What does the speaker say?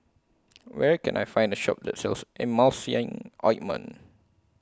Where Can I Find A Shop that sells Emulsying Ointment